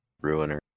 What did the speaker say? Ruiner